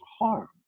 harm